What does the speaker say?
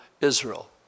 Israel